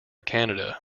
canada